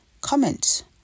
comment